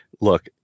look